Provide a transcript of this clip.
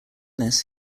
this